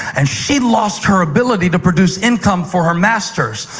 and she lost her ability to produce income for her masters.